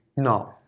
no